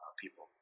people